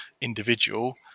individual